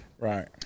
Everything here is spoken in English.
Right